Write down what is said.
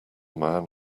man